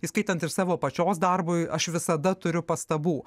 įskaitant ir savo pačios darbui aš visada turiu pastabų